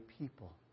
people